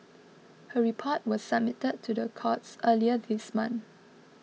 her report was submitted to the courts earlier this month